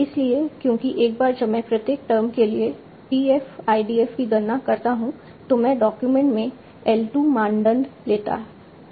इसलिए क्योंकि एक बार जब मैं प्रत्येक टर्म के लिए t f IDF की गणना करता हूं तो मैं डॉक्यूमेंट में L2 मानदंड लेता है